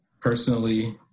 Personally